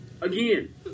Again